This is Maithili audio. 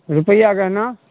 रुपैआ गहना